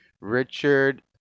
Richard